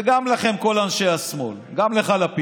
וגם לכם, כל אנשי השמאל, גם לך, לפיד: